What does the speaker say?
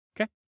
okay